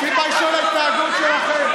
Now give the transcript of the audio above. תתביישו על התנהגות שלכם.